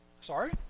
Sorry